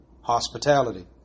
hospitality